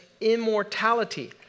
immortality